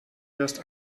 wirst